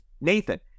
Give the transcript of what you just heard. nathan